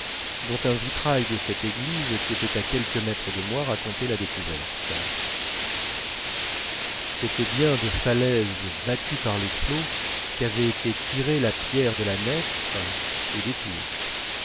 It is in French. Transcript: dont un vitrail de cette église qui était à quelques mètres de moi racontait la découverte c'était bien de falaises battues par les flots qu'avait été tirée la pierre de la nef et